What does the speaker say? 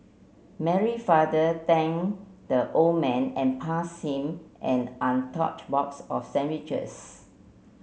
Mary father thanked the old man and pass him an untouched box of sandwiches